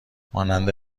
مانند